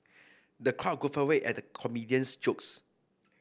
the crowd guffawed at the comedian's jokes